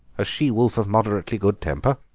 a she-wolf of moderately good temper?